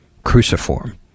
cruciform